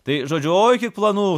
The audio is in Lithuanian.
tai žodžiu oi kiek planų